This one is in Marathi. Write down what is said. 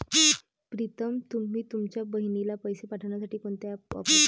प्रीतम तुम्ही तुमच्या बहिणीला पैसे पाठवण्यासाठी कोणते ऍप वापरता?